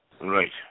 Right